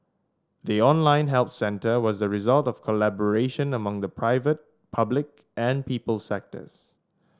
the online help centre was the result of collaboration among the private public and people sectors